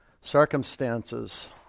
circumstances